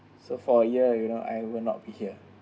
so for a year you know I will not be here